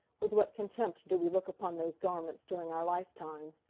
with what contempt do we look upon those garments during our lifetime!